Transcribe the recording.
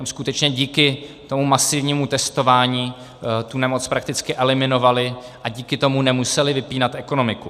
Tam skutečně díky masivnímu testování nemoc prakticky eliminovali a díky tomu nemuseli vypínat ekonomiku.